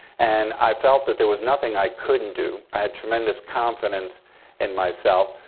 and i felt that there was nothing i couldn't do. i had tremendous confidence in myself.